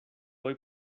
voy